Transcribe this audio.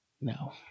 No